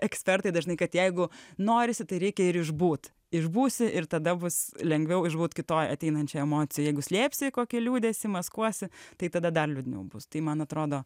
ekspertai dažnai kad jeigu norisi tai reikia ir išbūt išbūsi ir tada bus lengviau išbūt kitoj ateinančioj emocijoj jeigu slėpsi kokį liūdesį maskuosi tai tada dar liūdniau bus tai man atrodo